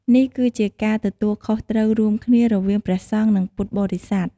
នេះគឺជាការទទួលខុសត្រូវរួមគ្នារវាងព្រះសង្ឃ និងពុទ្ធបរិស័ទ។